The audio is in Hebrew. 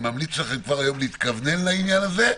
ואני ממליץ לכם כבר היום להתכוונן לעניין הזה,